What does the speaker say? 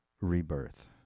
rebirth